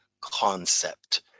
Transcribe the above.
concept